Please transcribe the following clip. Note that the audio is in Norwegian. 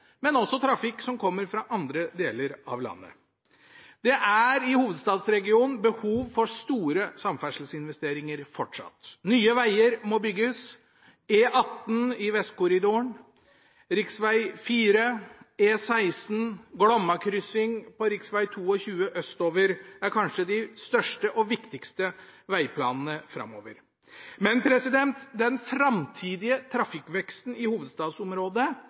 men også trafikk som kommer fra andre deler av landet. Det er i hovedstadsregionen fortsatt behov for store samferdselsinvesteringer. Nye veger må bygges. E18 i Vestkorridoren, rv. 4, E16 og Glommakryssing på rv. 22 østover er kanskje de største og viktigste vegplanene framover. Men den framtidige trafikkveksten i hovedstadsområdet